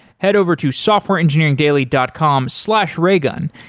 head over to softwareengineeringdaily dot com slash raygun.